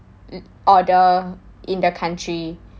order in the country